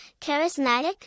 charismatic